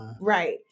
right